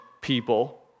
people